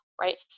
right